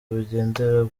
bugendera